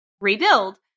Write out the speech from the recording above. rebuild